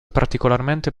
particolarmente